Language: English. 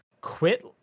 quit